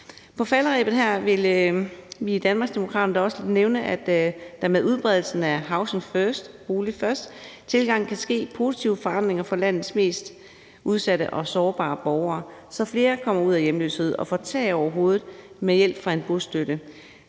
På falderebet her vil vi i Danmarksdemokraterne da også nævne, at der med udbredelsen af housing first-tilgangen kan ske positive forandringer for landets mest udsatte og sårbare borgere, så flere kommer ud af hjemløshed og får tag over hovedet med hjælp fra en bostøtte.